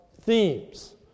themes